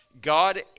God